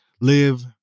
live